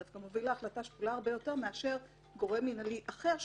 אבל זה דווקא מוביל להחלטה שקולה הרבה יותר מאשר גורם מינהלי אחר,